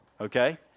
okay